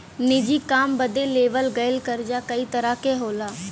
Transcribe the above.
निजी काम बदे लेवल गयल कर्जा कई तरह क होला